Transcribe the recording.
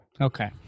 okay